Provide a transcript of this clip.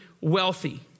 wealthy